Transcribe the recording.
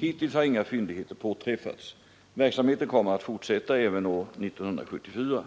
Hittills har inga fyndigheter påträffats. Verksamheten kommer att fortsätta även år 1974.